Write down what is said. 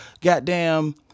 goddamn